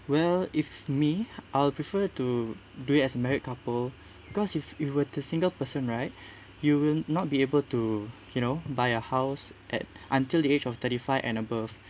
well if me I'll prefer to do it as married couple because if you were to single person right you will not be able to you know buy a house at until the age of thirty five and above